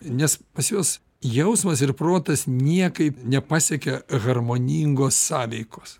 nes pas juos jausmas ir protas niekaip nepasiekia harmoningos sąveikos